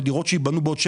לדירות שייבנו עוד שבע,